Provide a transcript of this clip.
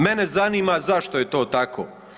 Mene zanima zašto je to tako?